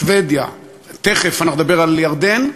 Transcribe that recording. שבדיה, תכף נדבר על ירדן,